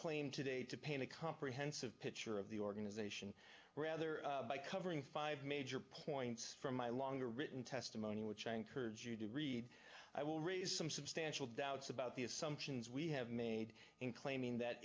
claim today to paint a comprehensive picture of the organization or rather by covering five major points from my longer written testimony which i encourage you to read i will raise some substantial doubts about the assumptions we have made in claiming that